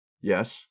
Yes